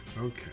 okay